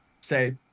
Say